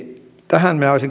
tähän